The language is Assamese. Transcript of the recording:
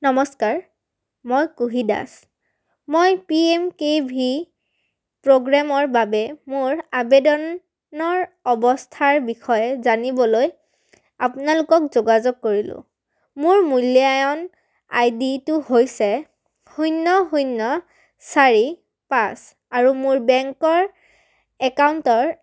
নমস্কাৰ মই কুহি দাস মই পি এম কে ভি প্ৰগ্ৰেমৰ বাবে মোৰ আবেদনৰ অৱস্থাৰ বিষয়ে জানিবলৈ আপোনালোকক যোগাযোগ কৰিলোঁ মোৰ মূল্যায়ন আই ডি টো হৈছে শূন্য শূন্য চাৰি পাঁচ আৰু মোৰ বেংকৰ একাউণ্টৰ